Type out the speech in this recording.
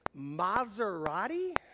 Maserati